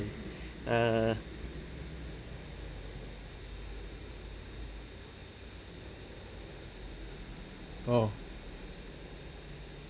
err oh